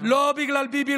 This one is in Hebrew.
לא בגלל "ביבי,